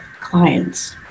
clients